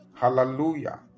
Hallelujah